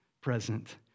present